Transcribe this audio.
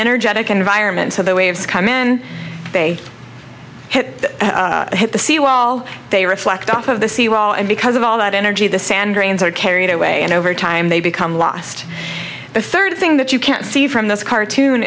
energetic environment so the waves come in they hit the sea wall they reflect off of the sea wall and because of all that energy the sand grains are carried away and over time they become lost the third thing that you can see from this cartoon